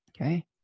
okay